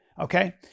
Okay